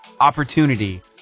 opportunity